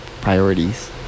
priorities